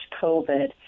COVID